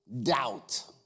doubt